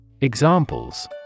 Examples